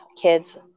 kids